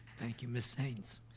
thank you, miss haynes.